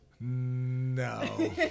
no